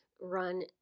run